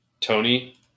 Tony